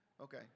Okay